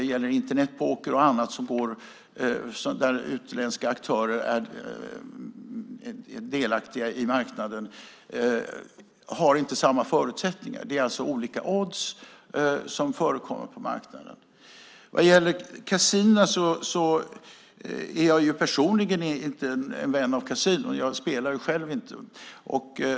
Det gäller Internetpoker och annat där utländska aktörer är delaktiga på marknaden. Det är olika odds som förekommer på marknaden. Jag är personligen inte en vän av kasinon. Jag spelar inte själv.